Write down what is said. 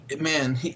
Man